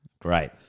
Great